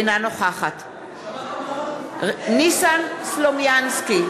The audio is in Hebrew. אינה נוכחת ניסן סלומינסקי,